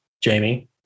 Jamie